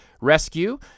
Rescue